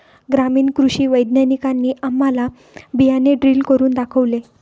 ग्रामीण कृषी वैज्ञानिकांनी आम्हाला बियाणे ड्रिल करून दाखवले